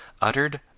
uttered